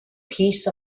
piece